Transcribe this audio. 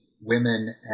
women